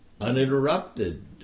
Uninterrupted